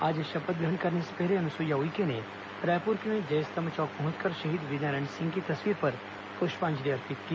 आज शपथ ग्रहण करने से पहले अनुसुईया उइके ने रायपुर के जयस्तंभ चौक पहुंचकर शहीद वीरनारायण सिंह की तस्वीर पर पुष्पांजलि अर्पित की